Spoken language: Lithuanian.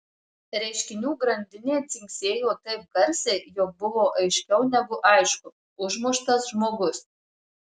reiškinių grandinė dzingsėjo taip garsiai jog buvo aiškiau negu aišku užmuštas žmogus